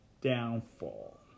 downfall